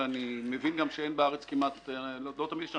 ואני מבין גם שאין בארץ כמעט לא תמיד יש אפילו